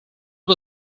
was